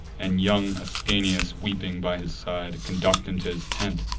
and young ascanius, weeping by his side, conduct him to his tent.